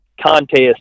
contest